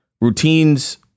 Routines